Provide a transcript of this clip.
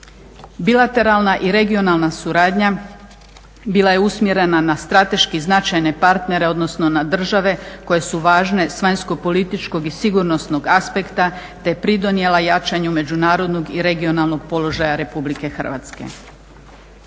Bilateralna i regionalna suradnja bila je usmjerena na strateški značajne partnere, odnosno na države koje su važne s vanjsko-političkog i sigurnosnog aspekta, te je pridonijela jačanju međunarodnog i regionalnog položaja Republike Hrvatske.